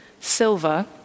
silver